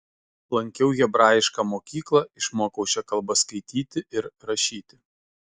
lankiau hebrajišką mokyklą išmokau šia kalba skaityti ir rašyti